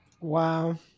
Wow